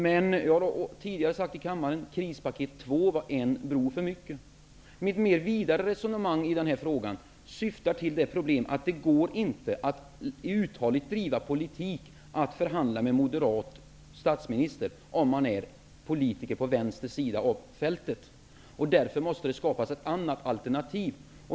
Men, det har jag sagt tidigare i kammaren, krispaket 2 var en bro för mycket. Mitt vidare resonemang i den här frågan syftar till problemet att det inte går att uthålligt driva politik genom att förhandla med en moderat statsminister, om man är politiker på vänster sida av fältet. Därför måste det skapas ett annat alternativ.